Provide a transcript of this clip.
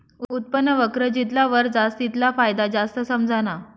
उत्पन्न वक्र जितला वर जास तितला फायदा जास्त समझाना